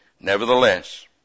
Nevertheless